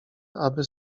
aby